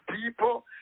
people